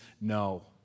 No